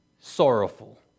sorrowful